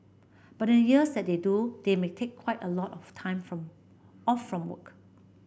but in the years that they do they may take quite a lot of time from off from work